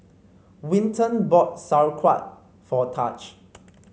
Winton bought Sauerkraut for Tahj